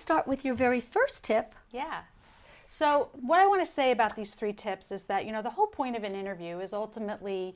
start with your very first tip yeah so what i want to say about these three tips is that you know the whole point of an interview is alternately